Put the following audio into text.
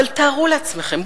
אבל תארו לעצמכם,